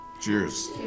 Cheers